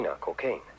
cocaine